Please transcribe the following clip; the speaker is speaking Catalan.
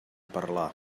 parlar